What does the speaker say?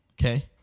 Okay